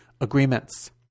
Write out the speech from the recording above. agreements